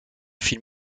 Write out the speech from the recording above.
film